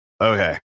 Okay